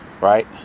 right